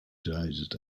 died